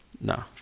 No